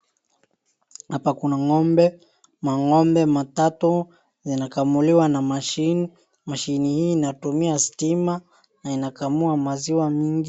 Hapa kuna ngombe. Mangombe matatu yanakamuliwa na machine . machine hii inatumia stima na inakamua maziwa mingi.